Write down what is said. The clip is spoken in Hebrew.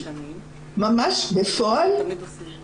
וזו לא מליצה.